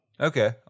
Okay